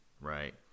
right